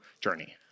journey